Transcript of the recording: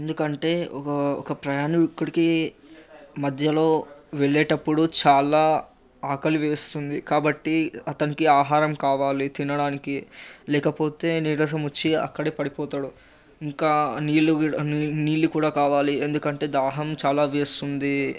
ఎందుకంటే ఒక ప్రయాణికుడికి మధ్యలో వెళ్ళేటప్పుడు చాలా ఆకలి వేస్తుంది కాబట్టి అతనికి ఆహారం కావాలి తినడానికి లేకపోతే నీరసం వచ్చి అక్కడే పడిపోతాడు ఇంకా నీళ్ళు కూడా నీళ్ళు కూడా కావాలి ఎందుకంటే దాహం చాలా వేస్తుంది